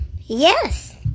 yes